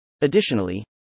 Additionally